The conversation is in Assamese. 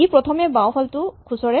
ই প্ৰথমে বাওঁফালটো খুচৰে